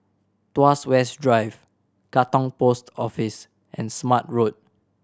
Tuas West Drive Katong Post Office and Smart Road